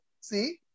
See